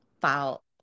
file